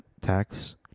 tax